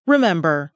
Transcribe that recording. Remember